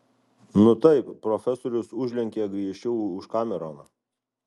nu taip profesorius užlenkė griežčiau už kameroną